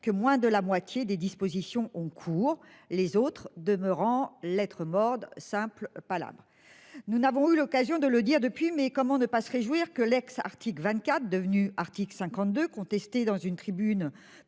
que moins de la moitié des dispositions ont cours les autres demeurant lettre mordent simple palabres, nous n'avons eu l'occasion de le dire depuis mai. Comment ne pas se réjouir que l'ex-article 24, devenu article 52 contesté dans une tribune